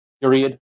period